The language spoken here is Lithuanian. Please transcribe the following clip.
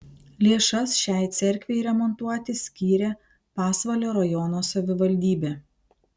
lėšas šiai cerkvei remontuoti skyrė pasvalio rajono savivaldybė